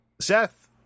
Seth